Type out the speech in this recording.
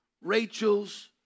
Rachel's